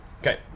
Okay